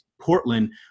Portland